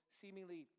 seemingly